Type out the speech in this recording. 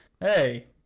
Hey